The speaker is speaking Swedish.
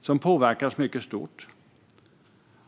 som påverkas mycket stort, fru talman.